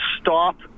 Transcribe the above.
stop